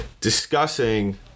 discussing